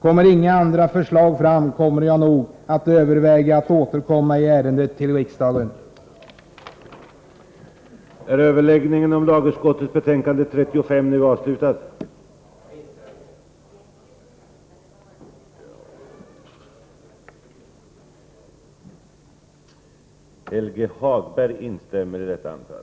Om inga andra förslag presenteras, kommer jag nog att överväga att återkomma till riksdagen i ärendet.